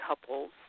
couples